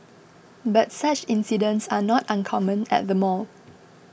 but such incidents are not uncommon at the mall